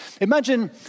Imagine